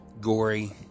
gory